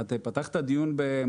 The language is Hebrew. את פתחת את הדיון במסקנות.